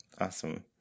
Awesome